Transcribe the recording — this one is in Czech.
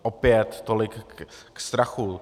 Opět tolik k strachu.